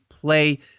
play